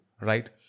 right